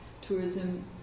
tourism